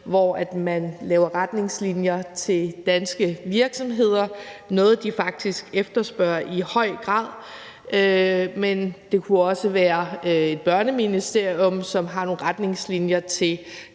der laver retningslinjer til danske virksomheder, som er noget, de faktisk efterspørger i høj grad. Det kunne også være Børne- og Undervisningsministeriet, som har nogle retningslinjer til